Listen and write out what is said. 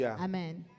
Amen